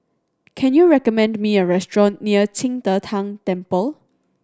can you recommend me a restaurant near Qing De Tang Temple